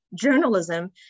journalism